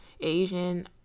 Asian